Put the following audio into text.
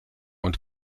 und